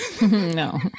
No